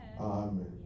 Amen